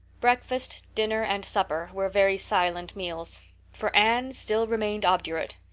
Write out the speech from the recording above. breakfast, dinner, and supper were very silent meals for anne still remained obdurate.